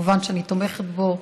מובן שאני תומכת בו,